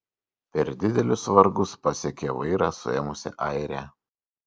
per didelius vargus pasiekė vairą suėmusią airę